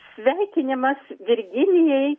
sveikinimas virginijai